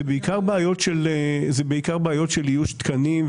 זה בעיקר בעיות של איוש תקנים,